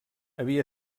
havia